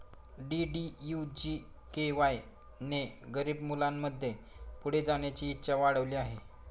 DDU GKY ने गरीब मुलांमध्ये पुढे जाण्याची इच्छा वाढविली आहे